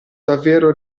davvero